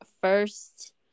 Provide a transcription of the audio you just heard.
first